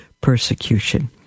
persecution